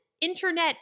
internet